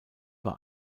war